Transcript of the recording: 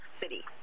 City